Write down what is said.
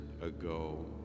ago